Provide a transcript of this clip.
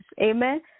Amen